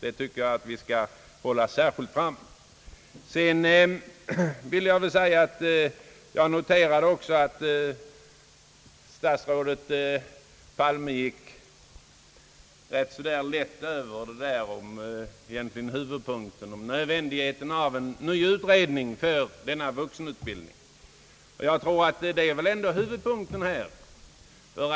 Det vill jag särskilt framhålla. Jag noterade också att statsrådet Palme gick ganska lätt förbi huvudpunkten, nämligen nödvändigheten av en ny utredning för denna vuxenutbildning. Denna fråga är inte utredd.